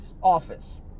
office